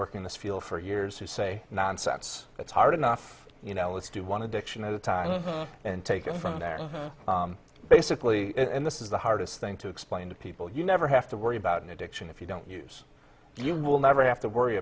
working this field for years who say nonsense it's hard enough you know let's do one addiction of the time and take it from there basically and this is the hardest thing to explain to people you never have to worry about an addiction if you don't use you will never have to worry